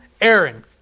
Aaron